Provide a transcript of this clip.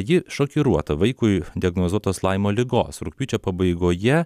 ji šokiruota vaikui diagnozuotos laimo ligos rugpjūčio pabaigoje